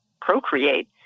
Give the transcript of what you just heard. procreate